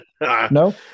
no